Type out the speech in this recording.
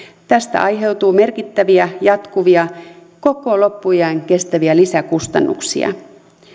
tästä aiheutuu merkittäviä jatkuvia koko loppuiän kestäviä lisäkustannuksia